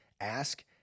ask